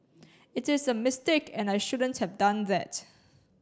it is a mistake and I shouldn't have done that